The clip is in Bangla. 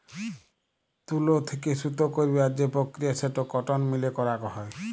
তুলো থেক্যে সুতো কইরার যে প্রক্রিয়া সেটো কটন মিলে করাক হয়